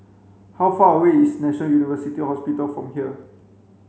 how far away is National University Hospital from here